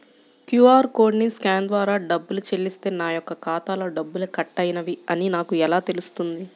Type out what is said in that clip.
QR కోడ్ని scan ద్వారా డబ్బులు చెల్లిస్తే నా యొక్క ఖాతాలో డబ్బులు కట్ అయినవి అని నాకు ఎలా తెలుస్తుంది?